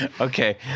Okay